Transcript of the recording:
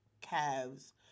calves